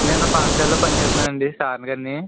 నేను పాఠశాలలో పని చేస్తున్నానండి సార్గారిని